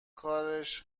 کارش